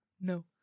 No